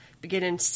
beginning